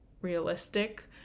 realistic